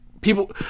people